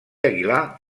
aguilar